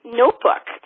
notebook